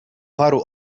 paru